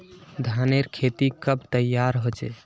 धानेर खेती कब तैयार होचे?